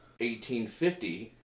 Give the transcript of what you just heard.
1850